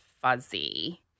fuzzy